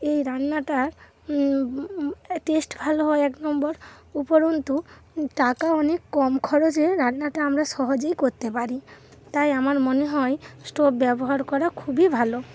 এই রান্নাটার টেস্ট ভালো হয় এক নম্বর উপরন্তু টাকা অনেক কম খরচে রান্নাটা আমরা সহজেই করতে পারি তাই আমার মনে হয় স্টোভ ব্যবহার করা খুবই ভালো